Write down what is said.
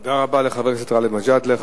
תודה רבה לחבר הכנסת גאלב מג'אדלה.